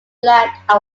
black